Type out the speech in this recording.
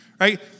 right